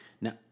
Now